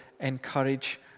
encourage